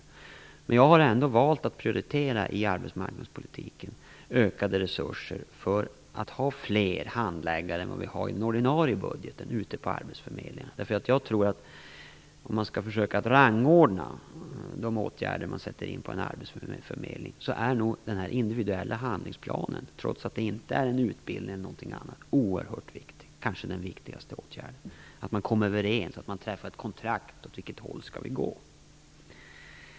I arbetsmarknadspolitiken har jag ändå valt att prioritera ökade resurser för att vi skall kunna ha fler handläggare på arbetsförmedlingarna än vad som ryms in i den ordinarie budgeten. Jag tror att om man skall försöka rangordna de åtgärder man sätter in på en arbetsförmedling är den individuella handlingsplanen, trots att det inte är en utbildning, oerhört viktig och kanske t.o.m. den viktigaste åtgärden. Det är mycket viktigt att man kommer överens och har ett kontrakt om vilken väg man skall gå.